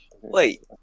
Wait